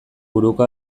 buruko